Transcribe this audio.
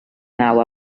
nau